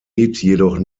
jedoch